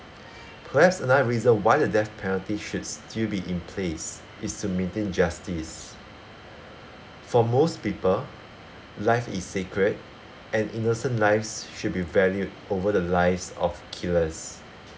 plus another reason why the death penalty should still be in place is to maintain justice for most people life is sacred and innocent lives should be valued over the lives of killers